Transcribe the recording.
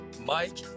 Mike